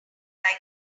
their